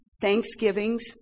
Thanksgivings